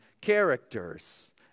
characters